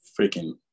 freaking